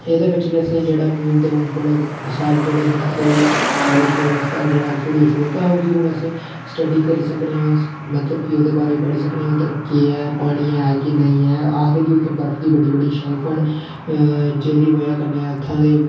ते एह्दे बिच गै असेंगी जेह्ड़े मून दे बड़े सारे जेह्ड़े हिस्से साऊथ पोल दा हिस्सा जेह्ड़ा अछूत हा उ'नेंगी असें स्टड्डी करी सकने आं मतलब कि ओह्दे बारे च पढ़ी सकने आं उद्धर कि केह् ऐ पानी ऐ की नेईं ऐ आखदे कि उत्थै बर्फ दी बड़ी बड़ी शेल्फां न जेह्दी बजह् कन्नै उत्थां दे